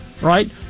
right